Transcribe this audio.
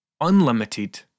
unlimited